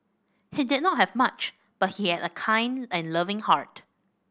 he did not have much but he had a kind and loving heart